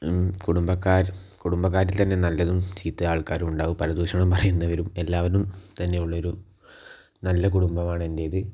കുടുംബക്കാർ കുടുംബക്കാരിൽ തന്നെ നല്ലതും ചീത്ത ആൾക്കാരും ഉണ്ടാവും പരദൂഷണം പറയുന്നവരും എല്ലാവരും തന്നെ ഉള്ളൊരു നല്ല കുടുംബമാണ് എൻ്റേത്